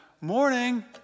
morning